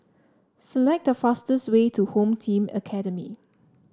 select the fastest way to Home Team Academy